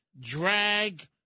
drag